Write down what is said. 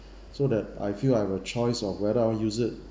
so that I feel I have a choice of whether I want to use it